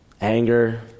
anger